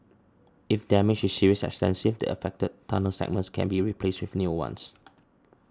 if damage is serious and extensive the affected tunnel segments can be replaced with new ones